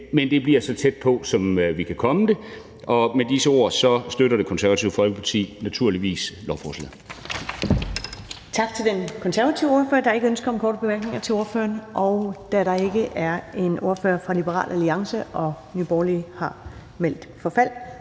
men det bliver så tæt på, som vi kan komme det. Og med disse ord støtter Det Konservative Folkeparti naturligvis lovforslaget. Kl. 11:18 Første næstformand (Karen Ellemann): Tak til den konservative ordfører. Der er ikke ønske om korte bemærkninger til ordføreren. Og da der ikke er nogen ordfører fra Liberal Alliance og Nye Borgerlige har meldt forfald,